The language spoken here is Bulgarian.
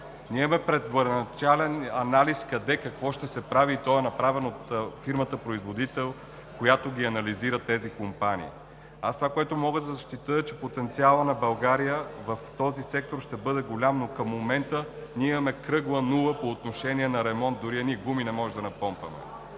Имаме първоначален анализ къде какво ще се прави и то е направено от фирмата производител, която анализира тези компании. Това, което мога да защитя, е, че потенциалът на България в този сектор ще бъде голям, но към момента имаме кръгла нула по отношение на ремонта – едни гуми не можем да напомпаме.